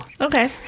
Okay